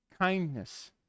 kindness